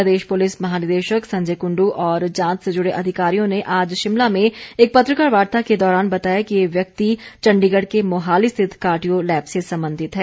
प्रदेश police महानिदेशक संजय कुंड् और जांच से जुड़े अधिकारियों ने आज शिमला में एक पत्रकार वार्ता के दौरान बताया कि ये व्यक्ति चंडीगढ़ के मोहाली स्थित कार्डियो लैब से संबंधित है